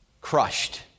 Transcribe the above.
crushed